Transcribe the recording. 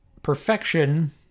Perfection